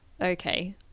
okay